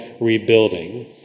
rebuilding